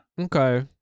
okay